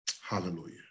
Hallelujah